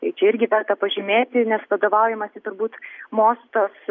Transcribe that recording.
tai čia irgi verta pažymėti nes vadovaujamasi turbūt mostos